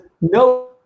no